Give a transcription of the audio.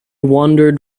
wandered